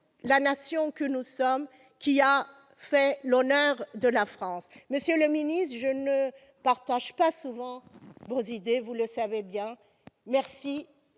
la Nation que nous sommes, qui fait l'honneur de la France. Monsieur le ministre d'État, je ne partage pas souvent vos idées, vous ne l'ignorez